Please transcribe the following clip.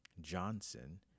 Johnson